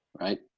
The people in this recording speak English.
right